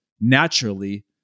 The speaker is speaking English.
naturally